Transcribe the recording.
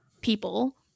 people